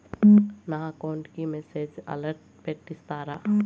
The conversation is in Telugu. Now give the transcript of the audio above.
నా అకౌంట్ కి మెసేజ్ అలర్ట్ పెట్టిస్తారా